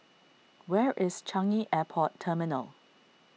where is Changi Airport Terminal